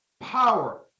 power